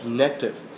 negative